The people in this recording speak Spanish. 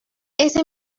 ese